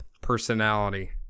personality